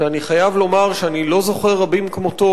שאני חייב לומר שאני לא זוכר רבים כמותו